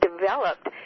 developed